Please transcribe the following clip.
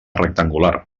rectangular